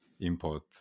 import